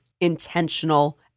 intentional